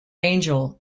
angel